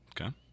Okay